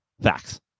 facts